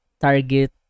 target